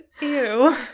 Ew